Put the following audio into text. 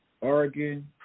Oregon